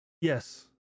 yes